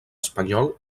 espanyol